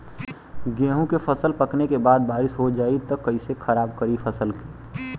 गेहूँ के फसल पकने के बाद बारिश हो जाई त कइसे खराब करी फसल के?